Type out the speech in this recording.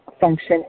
function